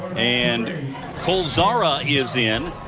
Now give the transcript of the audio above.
and cole zahra is in.